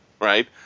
right